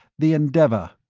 the endeavor.